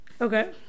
Okay